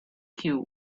queue